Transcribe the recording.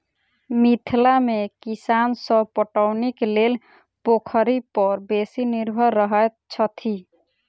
मिथिला मे किसान सभ पटौनीक लेल पोखरि पर बेसी निर्भर रहैत छथि